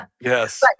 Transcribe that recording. Yes